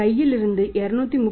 கையிலிருந்து 231